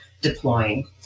deploying